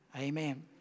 amen